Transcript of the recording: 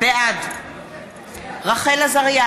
בעד רחל עזריה,